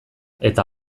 eta